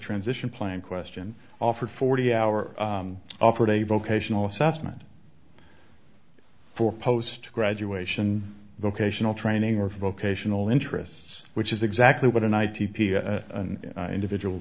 transition plan question offered forty hours offered a vocational assessment for post graduation vocational training or vocational interests which is exactly what an i t p a an individual